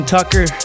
Tucker